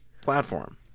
platform